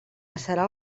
passarà